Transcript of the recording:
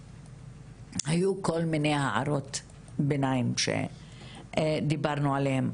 היו כל מיני הערות ביניים שדיברנו עליהן,